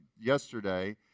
yesterday